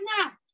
enough